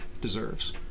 deserves